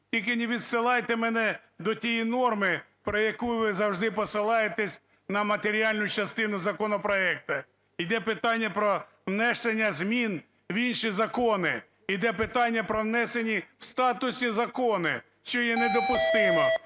Тільки не відсилайте мене до тієї норми, про яку ви завжди посилаєтесь на матеріальну частину законопроекту. Іде питання про внесення змін в інші закони, іде питання про внесені в статусі закони, що є недопустимо.